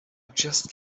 just